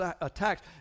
attacks